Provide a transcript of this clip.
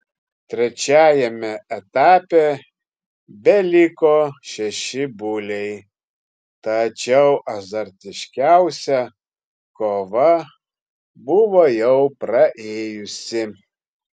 trečiajame etape beliko šeši buliai tačiau azartiškiausia kova buvo jau praėjusi